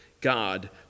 God